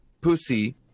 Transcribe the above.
pussy